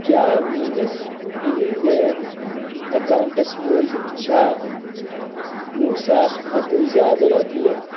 کیٛاہ میٛٲنِس PayZapp accounts منٛز چھےٚ وُہ ساس کھۄتہٕ زیادٕ رۄپیہِ